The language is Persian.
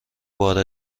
بار